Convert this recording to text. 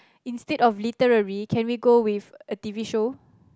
instead of literary can we go with a t_v show